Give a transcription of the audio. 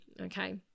Okay